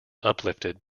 uplifted